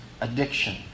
addiction